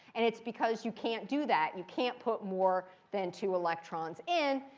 and it's because you can't do that. you can't put more than two electrons in.